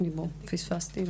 פספסתי.